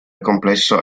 complesso